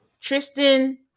Tristan